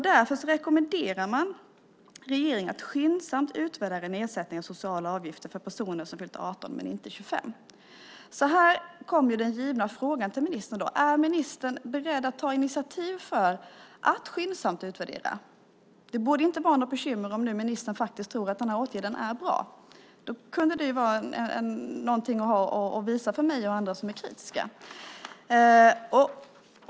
Därför rekommenderar man regeringen att skyndsamt utvärdera nedsättningar i sociala avgifter för personer som har fyllt 18 men inte 25. Här kommer den givna frågan till ministern: Är ministern beredd att ta initiativ för att skyndsamt utvärdera? Det borde inte vara något bekymmer om ministern faktiskt tror att åtgärden är bra. Då kunde det vara något att visa för mig och andra som är kritiska.